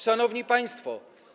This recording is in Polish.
Szanowni Państwo!